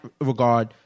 regard